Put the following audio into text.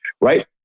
right